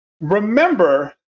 remember